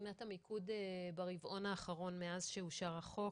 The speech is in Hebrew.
מבחינת המיקוד ברבעון האחרון, מאז שאושר החוק